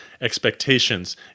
expectations